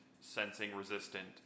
sensing-resistant